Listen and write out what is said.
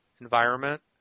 environment